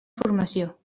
formació